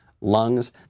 lungs